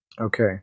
Okay